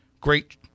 great